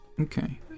Okay